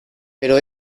pero